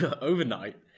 overnight